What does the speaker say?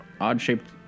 odd-shaped